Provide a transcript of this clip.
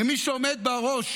ומי שעומד בראש